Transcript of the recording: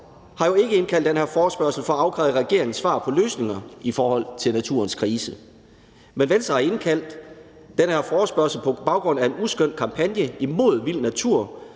har jo ikke indkaldt til den her forespørgsel for at afkræve regeringen svar på løsninger i forhold til naturens krise. Men Venstre har indkaldt til den her forespørgsel på baggrund af en uskøn kampagne imod vild natur